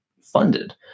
funded